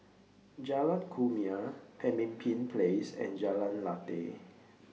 Jalan Kumia Pemimpin Place and Jalan Lateh